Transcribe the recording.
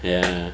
ya